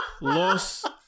lost